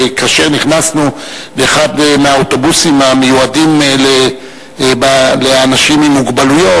וכאשר נכנסנו לאחד מהאוטובוסים המיועדים לאנשים עם מוגבלות,